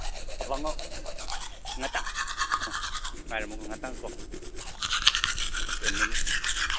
ꯊꯝꯕꯥꯉꯧ ꯉꯥꯇꯪ ꯑꯥ ꯉꯥꯏꯔꯝꯃꯣ ꯑꯥ ꯉꯥꯇꯪꯀꯣ ꯖꯁ ꯑꯦ ꯃꯤꯅꯤꯠ